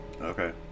Okay